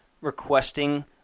requesting